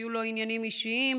שהיו לו עניינים אישיים,